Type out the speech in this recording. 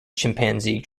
chimpanzee